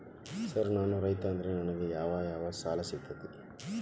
Sir ನಾನು ರೈತ ಅದೆನ್ರಿ ನನಗ ಯಾವ್ ಯಾವ್ ಸಾಲಾ ಸಿಗ್ತೈತ್ರಿ?